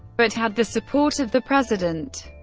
but had the support of the president.